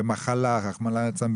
במחלה רחמנא ליצלן,